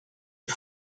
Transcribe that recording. fut